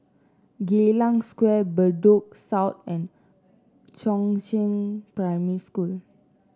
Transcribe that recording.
Geylang Square Bedok South and Chongzheng Primary School